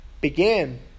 began